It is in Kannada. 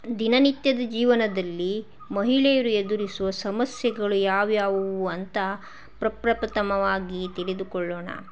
ದಿನನಿತ್ಯದ ಜೀವನದಲ್ಲಿ ಮಹಿಳೆಯರು ಎದುರಿಸುವ ಸಮಸ್ಯೆಗಳು ಯಾವ್ಯಾವು ಅಂತ ಪ್ರ ಪ್ರಥಮವಾಗಿ ತಿಳಿದುಕೊಳ್ಳೋಣ